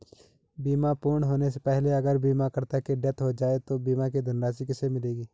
बीमा पूर्ण होने से पहले अगर बीमा करता की डेथ हो जाए तो बीमा की धनराशि किसे मिलेगी?